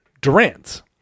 Durant